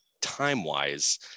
time-wise